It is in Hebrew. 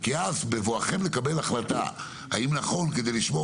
כי בבואכם לקבל החלטה: האם כדי לשמור